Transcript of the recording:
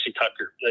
Tucker